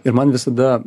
ir man visada